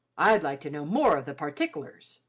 i'd like to know more of the particklars.